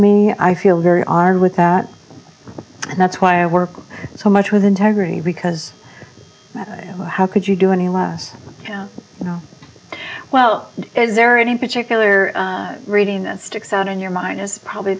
me i feel very honored with that and that's why i work so much with integrity because how could you do any less well is there any particular reading that sticks out in your mind is probably